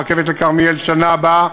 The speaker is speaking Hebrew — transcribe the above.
רכבת לכרמיאל בשנה הבאה.